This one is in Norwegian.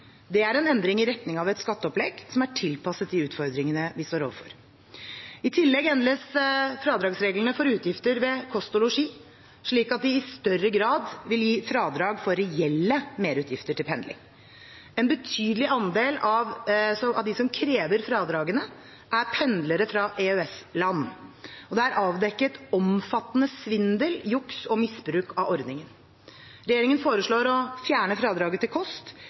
Det er en endring i retning av et skatteopplegg som er tilpasset de utfordringene vi står overfor. I tillegg endres fradragsreglene for utgifter til kost og losji, slik at de i større grad vil gi fradrag for reelle merutgifter ved pendling. En betydelig andel av dem som krever fradragene, er pendlere fra EØS-land, og det er avdekket omfattende svindel, juks og misbruk av ordningen. Regjeringen foreslår å fjerne fradraget til kost